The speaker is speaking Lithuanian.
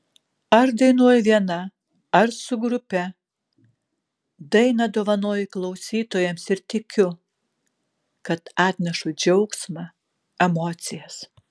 ar dainuoju viena ar su grupe dainą dovanoju klausytojams ir tikiu kad atnešu džiaugsmą emocijas